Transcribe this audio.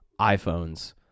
iPhones